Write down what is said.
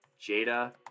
Jada